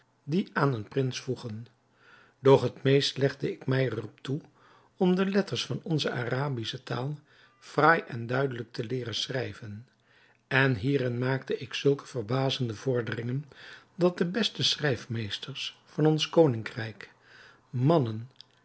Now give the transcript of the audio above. die aan een prins voegen doch het meest legde ik er mij op toe om de letters van onze arabische taal fraai en duidelijk te leeren schrijven en hierin maakte ik zulke verbazende vorderingen dat de beste schrijfmeesters van ons koningrijk mannen